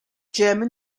german